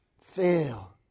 fail